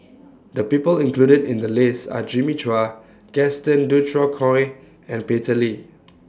The People included in The list Are Jimmy Chua Gaston Dutronquoy and Peter Lee